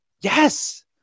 Yes